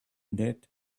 net